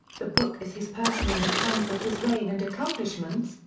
the book is his personal account of his reign and accomplishments,